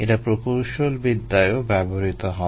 এটা প্রকৌশলবিদ্যায়ও ব্যবহৃত হয়